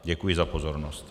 Děkuji za pozornost.